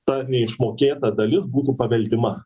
ta neišmokėta dalis būtų paveldima